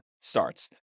starts